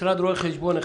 משרד רואה חשבון אחד,